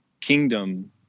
kingdom